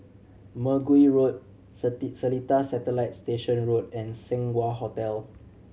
Mergui Road Seletar Satellite Station Road and Seng Wah Hotel